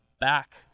back